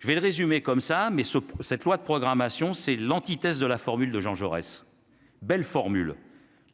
je vais le résumer comme ça mais ce cette loi de programmation c'est l'antithèse de la formule de Jean Jaurès, belle formule